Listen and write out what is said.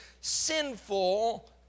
sinful